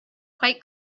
quite